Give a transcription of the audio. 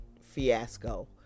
fiasco